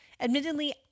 Admittedly